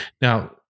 Now